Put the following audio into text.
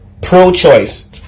pro-choice